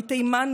מתימן,